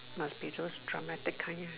must be those dramatic kind lah